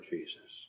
Jesus